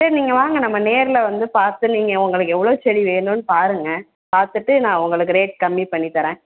சரி நீங்கள் வாங்க நம்ம நேரில் வந்து பார்த்து நீங்கள் உங்களுக்கு எவ்வளோ செடி வேணும்னு பாருங்க பார்த்துட்டு நான் உங்களுக்கு ரேட் கம்மிப் பண்ணித் தரேன்